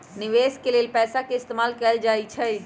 निवेश के लेल पैसा के इस्तमाल कएल जाई छई